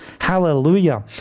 Hallelujah